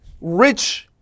rich